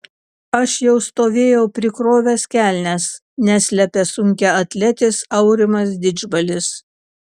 aš jau stovėjau prikrovęs kelnes neslepia sunkiaatletis aurimas didžbalis